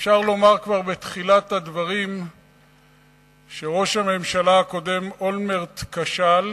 אפשר לומר כבר בתחילת הדברים שראש הממשלה הקודם אולמרט כשל,